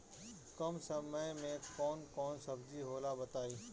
कम समय में कौन कौन सब्जी होला बताई?